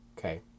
Okay